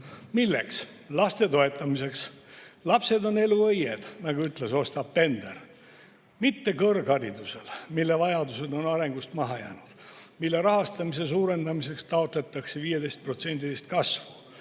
Milleks? Laste toetamiseks. "Lapsed on elu õied," nagu ütles Ostap Bender. Mitte kõrgharidusele, mille vajadused on arengust maha jäänud, mille rahastamise suurendamiseks taotletakse 15%‑list